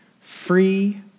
free